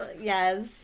yes